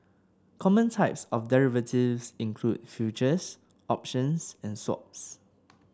common types of derivatives include futures options and swaps